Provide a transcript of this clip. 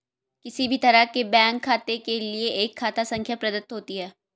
किसी भी तरह के बैंक खाते के लिये एक खाता संख्या प्रदत्त होती है